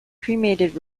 cremated